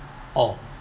orh